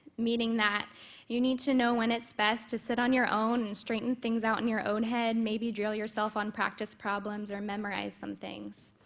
meaning that you need to know when it's best to sit on your own and straighten things out in your own head, maybe drill yourself on practice problems or memorize some things,